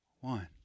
one